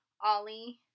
Ollie